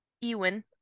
Ewan